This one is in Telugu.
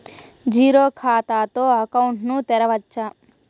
జీరో ఖాతా తో అకౌంట్ ను తెరవచ్చా?